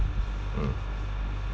mm